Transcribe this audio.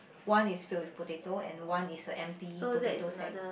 one is filled with potato and one is an empty potato sack